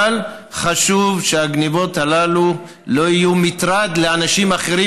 אבל חשוב שהגנבות הללו לא יהיו מטרד לאנשים אחרים,